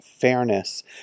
fairness